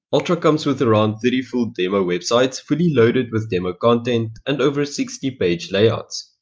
ultra comes with around thirty full demo websites fully loaded with demo content and over sixty page layouts.